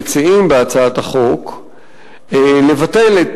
אנחנו מציעים בהצעת החוק לבטל את